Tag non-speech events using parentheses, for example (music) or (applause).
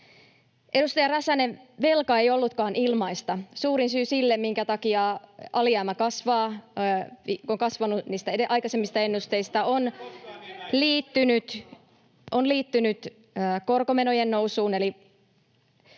Edustaja Räsänen, velka ei ollutkaan ilmaista. Suurin syy sille, minkä takia alijäämä kasvaa, on kasvanut niistä aikaisemmista ennusteista, (noise) on liittynyt korkomenojen nousuun.